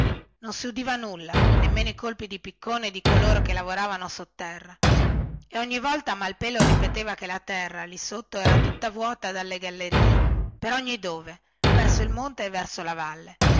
non si udiva nulla nemmeno i colpi di piccone di coloro che lavoravano sotterra e ogni volta malpelo ripeteva che al di sotto era tutta scavata dalle gallerie per ogni dove verso il monte e verso la valle